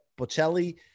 bocelli